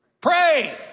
Pray